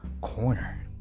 Corner